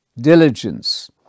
diligence